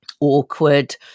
awkward